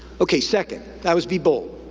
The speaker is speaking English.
okay, second, that was be bold.